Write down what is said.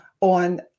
on